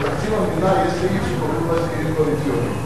בתקציב המדינה יש סעיף שקוראים לו "הסכמים קואליציוניים".